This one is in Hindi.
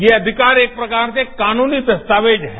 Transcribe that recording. ये अधिकार एक प्रकार से कानूनी दस्तावेज है